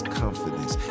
confidence